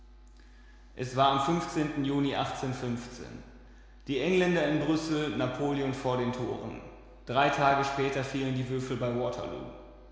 es war am juni die engländer in brüssel napoleon vor den toren drei tage später fielen die würfel bei waterloo